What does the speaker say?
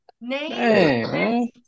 name